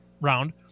round